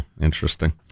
interesting